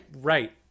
Right